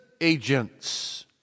agents